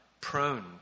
Prone